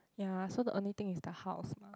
ya so the only is the house mah